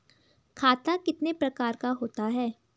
खाता कितने प्रकार का होता है?